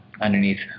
underneath